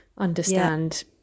understand